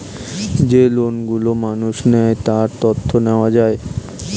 যেই লোন গুলো মানুষ নেয়, তার তথ্য নেওয়া যায়